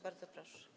Bardzo proszę.